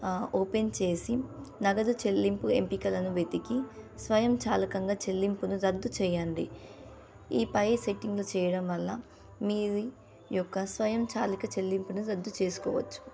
open చేసి నగదు చెల్లింపు ఎంపికలను వెతికి స్వయంచాలకంగా చెల్లింపును రద్దు చెయ్యండి ఈ పై సెట్టింగ్లు చెయ్యడం వల్ల మీది యొక్క స్వయంచాలక చెల్లింపును రద్దు చేసుకోవచ్చు